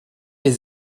les